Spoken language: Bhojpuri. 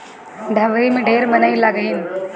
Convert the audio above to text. दँवरी में ढेर मनई लगिहन